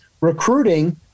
recruiting